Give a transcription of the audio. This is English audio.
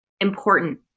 important